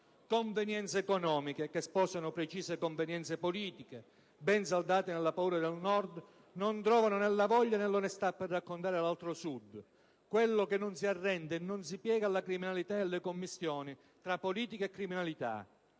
Convenienze economiche che sposano precise convenienze politiche ben saldate nelle paure del Nord non trovano né la voglia, né l'onestà per raccontare l'altro Sud: quello che non si arrende e non si piega alla criminalità e alle commistioni tra politica e criminalità.